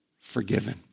forgiven